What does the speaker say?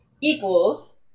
equals